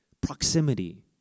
proximity